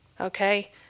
okay